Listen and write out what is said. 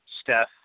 Steph